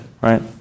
right